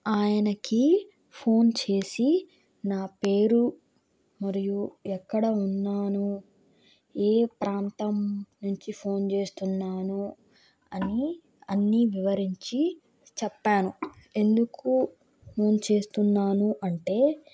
ఆయనకి ఫోన్ చేసి నా పేరు మరియు ఎక్కడ ఉన్నానో ఏ ప్రాంతం నుంచి ఫోన్ చేస్తున్నానో అని అన్నీ వివరించి చెప్పాను ఎందుకు నేను చేస్తున్నాను అంటే